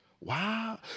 Wow